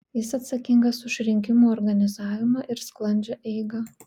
jis atsakingas už rinkimų organizavimą ir sklandžią eigą